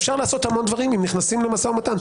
אפשר לעשות המון דברים אם נכנסים למשא ומתן.